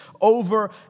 over